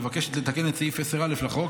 מבקשת לתקן את סעיף 10א לחוק,